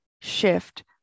shift